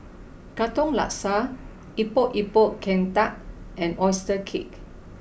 Katong Laksa Epok Epok Kentang and Oyster Cake